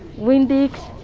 windex,